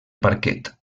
parquet